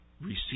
receive